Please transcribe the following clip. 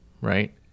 right